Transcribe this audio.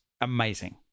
amazing